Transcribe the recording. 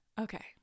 Okay